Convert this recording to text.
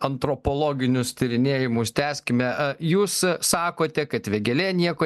antropologinius tyrinėjimus tęskime jūs sakote kad vėgėlė nieko